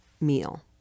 meal